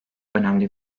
önemli